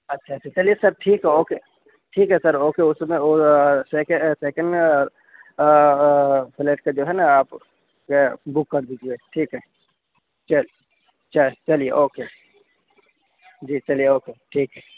اچھا اچھا چلیے سر ٹھیک ہے اوکے ٹھیک ہے سر اوکے اُس میں سیکینڈ فلیٹ کا جو ہے نا آپ وہ بک دیجیے ٹھیک ہے چل چلیے اوکے جی چلیے اوکے ٹھیک ہے